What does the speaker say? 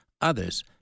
others